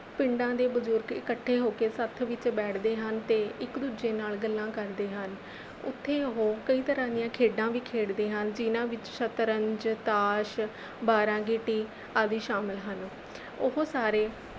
ਪਿੰਡਾਂ ਦੇ ਬਜ਼ੁਰਗ ਇਕੱਠੇ ਹੋ ਕੇ ਸੱਥ ਵਿੱਚ ਬੈਠਦੇ ਹਨ ਅਤੇ ਇੱਕ ਦੂਜੇ ਨਾਲ ਗੱਲਾਂ ਕਰਦੇ ਹਨ ਉੱਥੇ ਉਹ ਕਈ ਤਰ੍ਹਾਂ ਦੀਆਂ ਖੇਡਾਂ ਵੀ ਖੇਡਦੇ ਹਨ ਜਿਨ੍ਹਾਂ ਵਿੱਚ ਸ਼ਤਰੰਜ ਤਾਸ਼ ਬਾਰਾਂ ਗੀਟੀ ਆਦਿ ਸ਼ਾਮਿਲ ਹਨ ਉਹ ਸਾਰੇ